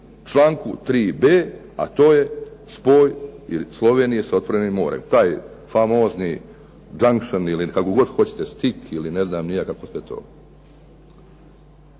članku 3.B, a to je spoj Slovenije sa otvorenim morem, taj famozni "junction" ili kako hoćete stick ili ne znam ni ja kako sve to.